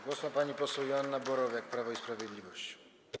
Głos ma pani poseł Joanna Borowiak, Prawo i Sprawiedliwość.